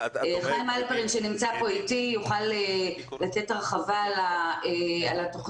חיים הלפרין שנמצא אתי יוכל להרחיב על התוכנית